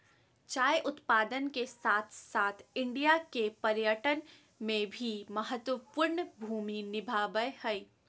चाय उत्पादन के साथ साथ इंडिया के पर्यटन में भी महत्वपूर्ण भूमि निभाबय हइ